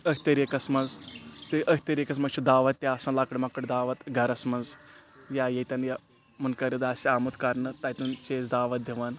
أتھۍ طٔریٖقَس منٛز تہٕ أتھۍ طریٖقَس منٛز چھِ دعوت تہِ آسان لَکٕٹ مَکٕٹ دعوت گَرَس منٛز یا ییٚتٮ۪ن یہِ مُنقرِد آسِہ آمُت کَرنہٕ تَتٮ۪ن چھِ أسۍ دعوت دِوان